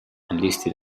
enlisted